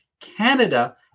Canada